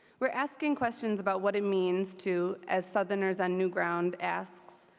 we are asking questions about what it means to, as southerners and new ground asks,